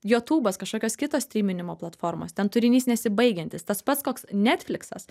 jotūbas kažkokios kitos strynimo platformos ten turinys nesibaigiantis tas pats koks netfliksas